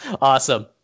Awesome